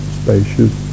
spacious